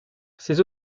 ces